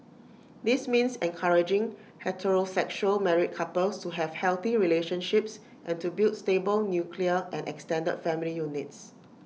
this means encouraging heterosexual married couples to have healthy relationships and to build stable nuclear and extended family units